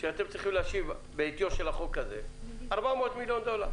שאתם צריכים להשיב בעטיו של החוק הזה הוא 400 מיליון דולר.